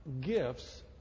gifts